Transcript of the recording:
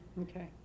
Okay